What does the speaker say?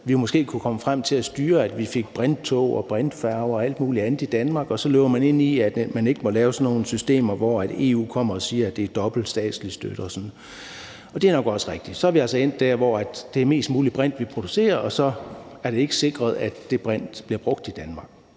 kunne komme frem til at styre, at vi fik brinttog og brintfærger og alt muligt andet i Danmark. Og så løber man ind i, at man ikke må lave sådan nogle systemer, og at EU kommer og siger, at det er dobbelt statslig støtte og sådan, og det er nok også rigtigt. Så er vi altså endt der, hvor det er mest mulig brint, vi producerer, og så er det ikke sikret, at den brint bliver brugt i Danmark.